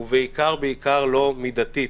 ובעיקר בעיקר לא מידתית.